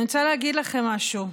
אני רוצה להגיד לכם משהו: